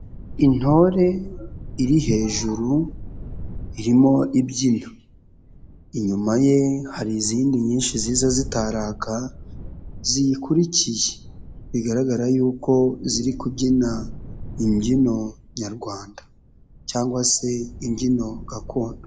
Intore iri hejuru irimo imbyino, inyuma ye hari izindi nyinshi ziza zitaraka ziyikurikiye bigaragara yuko ziri kubyina imbyino nyarwanda cyangwa se imbyino gakondo.